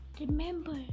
Remember